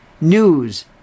News